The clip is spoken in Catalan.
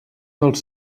dels